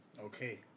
Okay